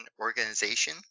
organization